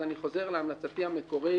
אז אני חוזר להמלצתי המקורית